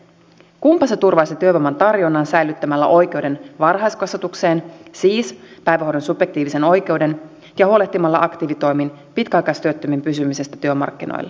kunpa se turvaisi työvoiman tarjonnan säilyttämällä oikeuden varhaiskasvatukseen siis päivähoidon subjektiivisen oikeuden ja huolehtimalla aktiivitoimin pitkäaikaistyöttömien pysymisestä työmarkkinoilla